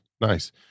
Nice